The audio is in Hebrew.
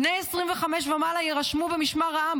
בני 25 ומעלה יירשמו במשמר העם.